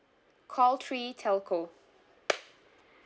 call three telco